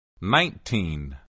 Nineteen